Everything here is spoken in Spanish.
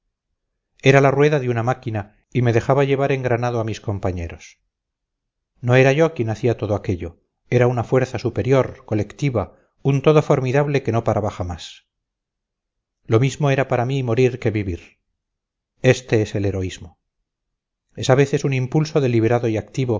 era la rueda de una máquina y me dejaba llevar engranado a mis compañeros no era yo quien hacía todo aquello era una fuerza superior colectiva un todo formidable que no paraba jamás lo mismo era para mí morir que vivir este es el heroísmo es a veces un impulso deliberado y activo